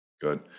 Good